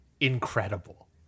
incredible